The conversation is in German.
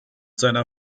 seiner